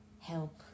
help